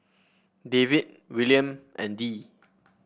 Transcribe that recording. David Willaim and Dee